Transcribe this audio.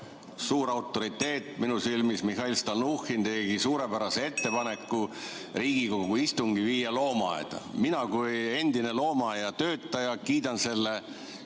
suur autoriteet minu silmis, Mihhail Stalnuhhin tegi suurepärase ettepaneku viia Riigikogu istung loomaaeda. Mina kui endine loomaaiatöötaja kiidan selle